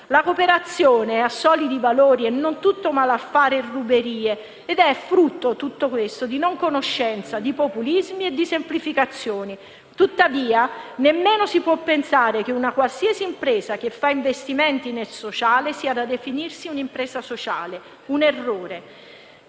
La cooperazione ha solidi valori e non è tutto malaffare e ruberie. Tutto questo è frutto di non conoscenza, di populismi e di semplificazioni. Tuttavia, nemmeno si può pensare che una qualsiasi impresa che fa investimenti nel sociale sia da definirsi come un'impresa sociale. È un errore.